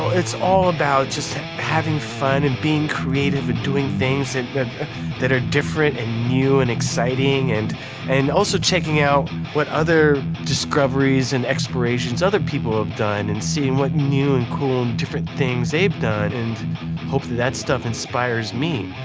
it's all about just having fun and being creative and doing things that that are different and new and exciting and and also checking out what other discoveries and explorations other people have done and seeing what new and cool and different things they've done and hopefully that stuff inspires me.